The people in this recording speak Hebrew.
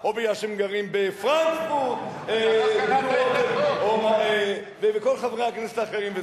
או כי הם גרים בפרנקפורט, וכל חברי הכנסת האחרים.